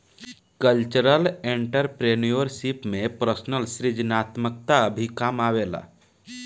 cultural entrepreneurship में personal सृजनात्मकता भी काम आवेला